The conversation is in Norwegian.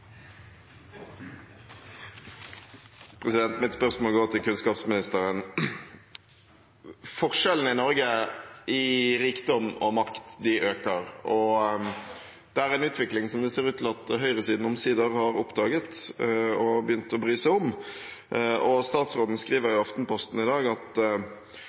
hovedspørsmål. Mitt spørsmål går til kunnskapsministeren. Forskjellene i Norge i rikdom og makt øker, og det er en utvikling det ser ut til at høyresiden omsider har oppdaget og begynt å bry seg om. Statsråden skriver i Aftenposten i dag at